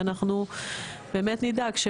ואנחנו באמת נדאג,